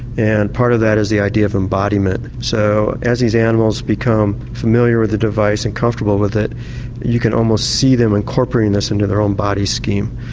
and part of that is the idea of embodiment. so as these animals become familiar with the device and comfortable with it you can almost see them incorporating this into their own body scheme.